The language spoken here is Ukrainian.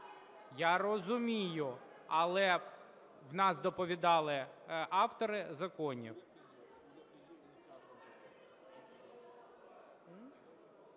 Я розумію, але у нас доповідали автори законів.